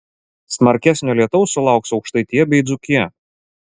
smarkesnio lietaus sulauks aukštaitija bei dzūkija